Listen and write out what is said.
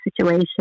situation